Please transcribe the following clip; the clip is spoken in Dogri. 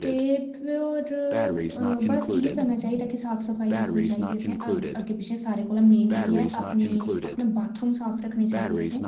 ते बस होर इयै करना चाहिदा कि अंदर साफ सफाई रक्खनी चाहिदी अग्गें पिच्छें ते सारें कोला मेन ऐ कि अपने बाथरूम साफ रक्खने चाहिदे असें